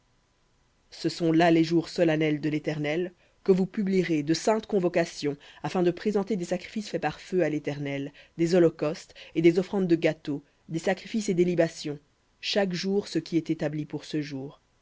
ce sont là les jours solennels de l'éternel que vous publierez de saintes convocations afin de présenter des sacrifices faits par feu à l'éternel des holocaustes et des offrandes de gâteau des sacrifices et des libations chaque jour ce qui est établi pour ce jour